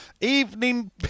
evening